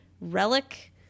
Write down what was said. relic